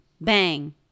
Bang